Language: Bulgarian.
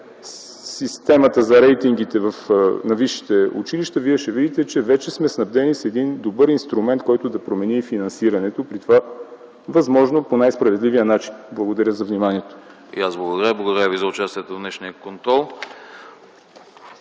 системата за рейтингите на висшите училища вие ще видите, че вече сме снабдени с един добър инструмент, който да промени финансирането. При това по възможно най-справедливия начин. Благодаря за вниманието. ПРЕДСЕДАТЕЛ АНАСТАС АНАСТАСОВ: И аз благодаря. Благодаря Ви за участието в днешния контрол.